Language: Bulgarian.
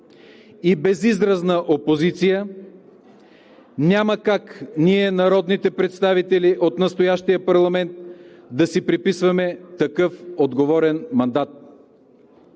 и безизразна опозиция, няма как ние, народните представители от настоящия парламент, да си приписваме такъв отговорен мандат.